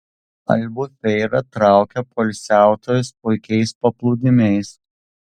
albufeira traukia poilsiautojus puikiais paplūdimiais